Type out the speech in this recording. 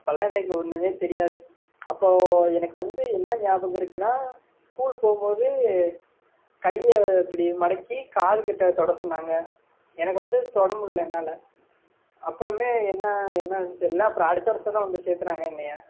அப்போல்லாம் எனக்கு ஒன்றுமே தெரியாது அப்போது எனக்கு வந்து என்ன ஞாபகம் இருக்குன்னா ஸ்கூல் போகும்போது கையை இப்படி மடக்கி காதுக்கிட்டே தொட சொன்னாங்க எனக்கு வந்து தொடமுடில என்னால் அப்புறமே என்ன என்னானது தெரில அப்புறம் அடுத்த வருஷம்தான் வந்து சேத்துனாங்க என்னை